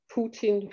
Putin